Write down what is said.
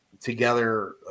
together